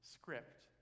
script